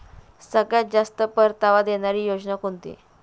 सगळ्यात जास्त परतावा देणारी योजना कोणती?